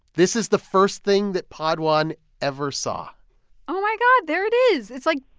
this is the first thing that pod one ever saw oh, my god. there it is. it's, like,